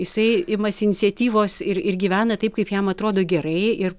jisai imasi iniciatyvos ir ir gyvena taip kaip jam atrodo gerai ir